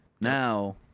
Now